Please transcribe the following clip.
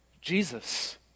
Jesus